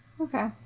okay